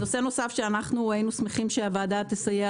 נושא נוסף שהיינו שמחים שהוועדה תסייע